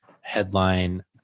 headline